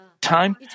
time